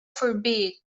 forbid